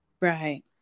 Right